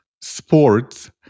sports